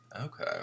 Okay